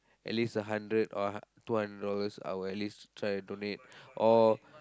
at least a hundred or two hundred dollars I will at least try and donate or